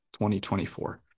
2024